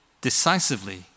decisively